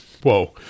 whoa